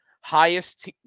highest